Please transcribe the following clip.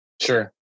Sure